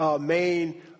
main